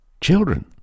children